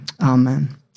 Amen